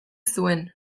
zuen